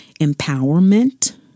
empowerment